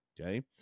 okay